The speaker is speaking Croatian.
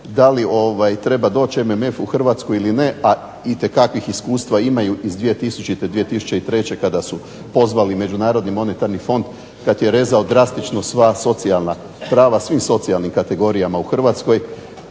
da li treba doći MMF u Hrvatsku ili ne, a itekakvih iskustva imaju iz 2000., 2003. kada su pozvali Međunarodni monetarni fond, kad je rezao drastično sva socijalna prava svim socijalnim kategorijama u Hrvatskoj.